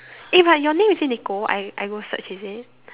eh but your name is it Nicole I I go search is it